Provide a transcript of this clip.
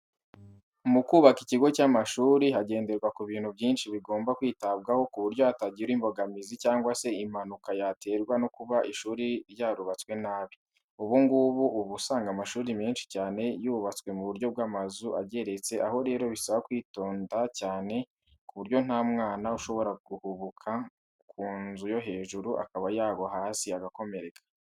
Mu kubaka ikigo cy'amashuri hagenderwa ku bintu byinshi bigomba kwitabwaho k'uburyo hatagira imbogamizi cyangwa se impanuka yaterwa no kuba ishuri ryarubatswe nabi. Ubu ngubu uba usanga amashuri menshi cyane yubatswe mu buryo bw'amazu ageretse aho rero bisaba kwitonda cyane ku buryo nta mwana ushobora guhubuka ku nzu yo hejuru akaba yagwa hasi agakomereka.